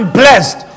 blessed